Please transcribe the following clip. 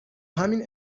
همین